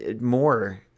more